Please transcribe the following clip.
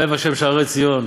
"אוהב ה' שערי ציון"